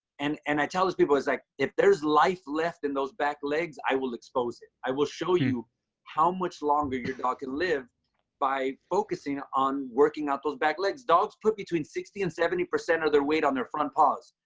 and and i tell these people it's like if there's life left in those back legs, i will expose it. i will show you how much longer your dog can live by focusing on working out those back legs. dogs put between sixty and seventy percent of their weight on their front paws.